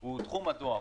הוא תחום הדואר.